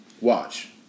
Watch